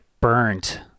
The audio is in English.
burnt